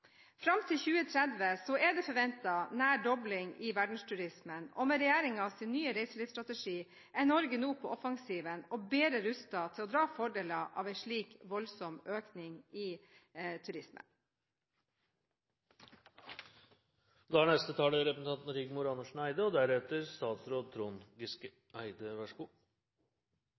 Fram til 2030 er det forventet en nær dobling i verdensturismen, og med regjeringens nye reiselivsstrategi er Norge nå på offensiven og bedre rustet til å dra fordeler av en slik voldsom økning i turismen. Infrastrukturen er pulsåren i Norge. Innbyggerne er avhengig av god infrastruktur for å komme seg fra a til b. Industri og annen næring er avhengig av god